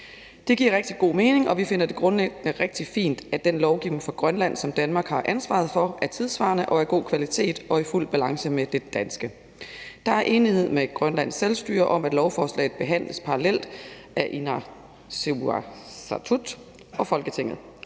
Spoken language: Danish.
Det giver rigtig god mening, og vi finder det grundlæggende rigtig fint, at den lovgivning for Grønland, som Danmark har ansvaret for, er tidssvarende og af god kvalitet og i fuld balance med den danske. Der er enighed med Grønlands selvstyre om, at lovforslaget behandles parallelt af Inatsisartut og Folketinget.